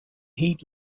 heat